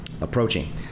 approaching